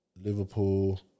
Liverpool